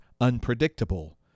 unpredictable